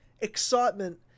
excitement